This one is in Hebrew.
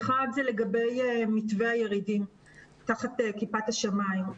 האחת היא לגבי מתווה הירידים תחת כיפת השמים.